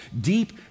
deep